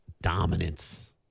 dominance